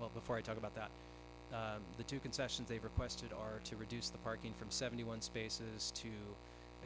well before i talk about that the two concessions they've requested are to reduce the parking from seventy one spaces to